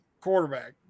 quarterback